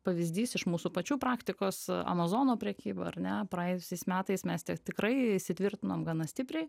pavyzdys iš mūsų pačių praktikos amazono prekyba ar ne praėjusiais metais mes tai tikrai įsitvirtinom gana stipriai